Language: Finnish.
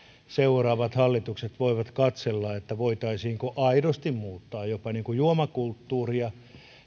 seuraavat hallitukset voivat katsella voitaisiinko aidosti jopa muuttaa juomakulttuuria